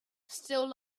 still